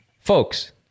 Folks